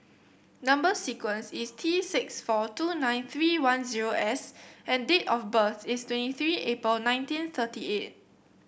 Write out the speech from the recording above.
number sequence is T six four two nine three one zero S and date of birth is twenty three April nineteen thirty eight